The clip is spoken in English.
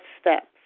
steps